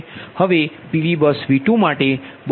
હવે PV bus V2માટે bus 2 એ PQ બસ છે